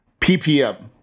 PPM